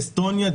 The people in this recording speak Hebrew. אסטוניה,